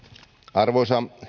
arvoisa